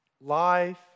Life